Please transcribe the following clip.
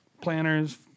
planners